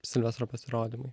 silvestro pasirodymui